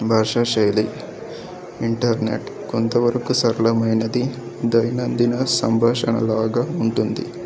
భాషా శైలి ఇంటర్నెట్ కొంతవరకు సరళమైనది దైనందిన సంభాషణలాగ ఉంటుంది